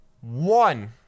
one